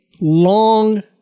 long